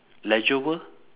leisure world